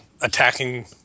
attacking